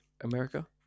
america